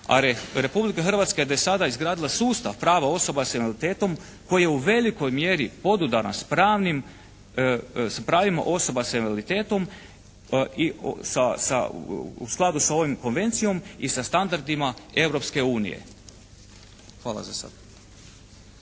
a Republika Hrvatska je tek sada izgradila sustav prava osoba sa invaliditetom koji je u velikoj mjeri podudaran sa pravima osoba sa invaliditetom i u skladu sa ovom konvencijom i sa standardima Europske unije. Hvala za sad.